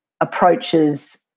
approaches